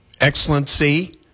excellency